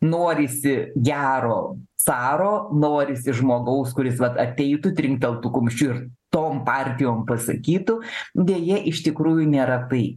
norisi gero caro norisi žmogaus kuris vat ateitų trinkteltų kumščiu ir tom partijom pasakytų deja iš tikrųjų nėra tai